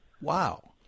wow